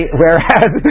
whereas